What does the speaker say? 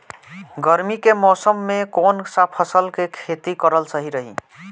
गर्मी के मौषम मे कौन सा फसल के खेती करल सही रही?